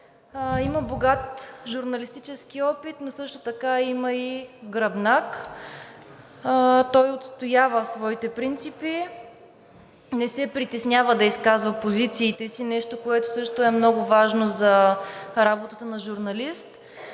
Има богат журналистически опит, но също така има и гръбнак. Той отстоява своите принципи, не се притеснява да изказва позициите си – нещо, което също е много важно за работата на журналист.